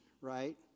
right